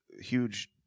huge